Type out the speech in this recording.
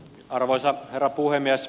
arvoisa herra puhemies